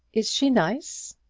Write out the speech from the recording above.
is she nice?